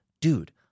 dude